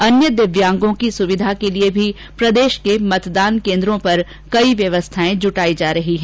अन्य दिव्यांगों की सुविधा के लिए भी प्रदेश के मतदान केन्द्रों पर कई व्यवस्थाएं जुटाई गई हैं